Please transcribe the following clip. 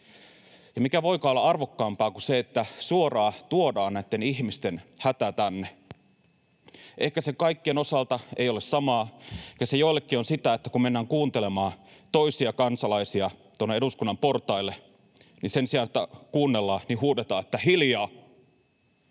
Ja mikä voikaan olla arvokkaampaa kuin se, että suoraan tuodaan näitten ihmisten hätä tänne. Ehkä se kaikkien osalta ei ole sama, ehkä se joillekin on sitä, että kun mennään kuuntelemaan toisia kansalaisia tuonne eduskunnan portaille, niin sen sijaan, että kuunnellaan, huudetaan ”hiljaa”.